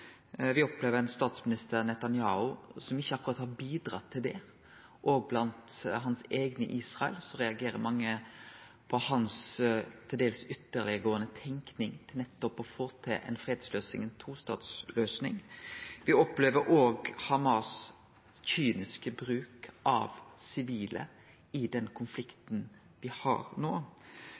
opplever ein statsminister Netanyahu som ikkje akkurat har bidrege til det. Òg blant hans eigne i Israel reagerer mange på hans til dels ytterleggåande tenking når det gjeld nettopp å få til ei fredsløysing og ei tostatsløysing. Me opplever òg Hamas’ kyniske bruk av sivile i konflikten me har no.